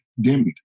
dimmed